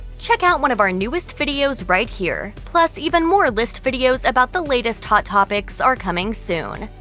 check out one of our newest videos right here! plus, even more list videos about the latest hot topics are coming soon.